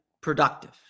productive